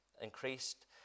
increased